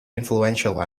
influential